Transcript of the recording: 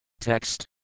Text